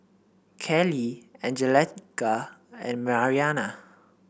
Kelley Angelica and Mariana